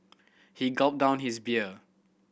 he gulped down his beer